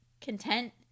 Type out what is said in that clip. content